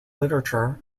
literature